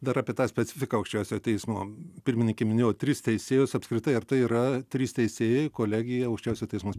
dar apie tą specifiką aukščiausiojo teismo pirmininkė minėjo tris teisėjus apskritai ar tai yra trys teisėjai kolegija aukščiausio teismo